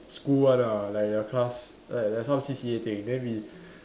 school one ah like the class like like some C_C_A thing then we